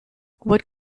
what